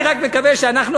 אני רק מקווה שאנחנו,